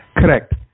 Correct